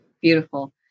beautiful